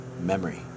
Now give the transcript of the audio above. memory